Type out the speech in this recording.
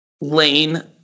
Lane